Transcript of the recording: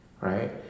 right